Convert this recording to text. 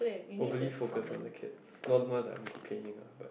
hopefully focus on the kids none not I'm planning lah